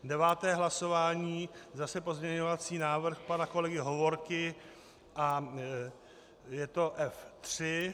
Deváté hlasování zase pozměňovací návrh pana kolegy Hovorky, je to F3.